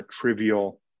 trivial